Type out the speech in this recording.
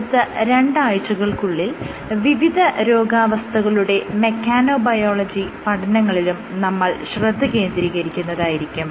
അടുത്ത രണ്ട് ആഴ്ചകൾക്കുള്ളിൽ വിവിധ രോഗാവസ്ഥകളുടെ മെക്കാനോബയോളജി പഠനങ്ങളിലും നമ്മൾ ശ്രദ്ധ കേന്ദ്രീകരിക്കുന്നതായിരിക്കും